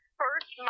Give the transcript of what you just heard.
first